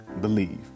believe